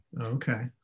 Okay